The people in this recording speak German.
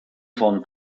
von